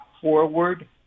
forward